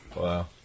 Wow